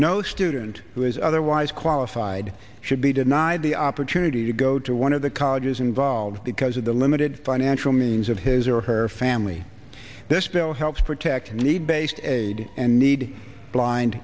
no student who is otherwise qualified should be denied the opportunity to go to one of the colleges involved because of the limited financial means of his or her family this bill helps protect need based aid and need blind